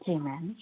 जी ma'am